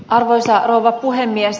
arvoisa rouva puhemies